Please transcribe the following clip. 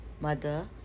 mother